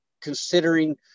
considering